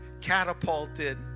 catapulted